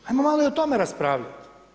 Ajmo malo i o tome raspravljati.